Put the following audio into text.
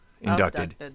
Inducted